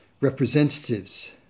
representatives